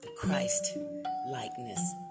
Christ-likeness